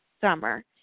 summer